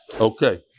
Okay